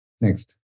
Next